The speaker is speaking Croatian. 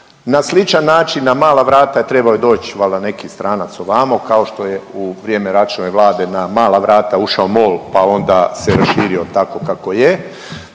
Na sličan način na mala vrata trebao je doć valjda neki stranac ovamo kao što je u vrijeme Račanove vlade na mala vrata ušao MOL pa onda se raširio tako kako je,